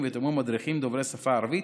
והותאמו מדריכים דוברי השפה הערבית,